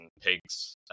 pigs